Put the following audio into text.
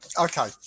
okay